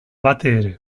batere